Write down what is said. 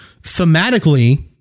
thematically